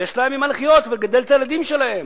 ויש להם ממה לחיות ולגדל את הילדים שלהם.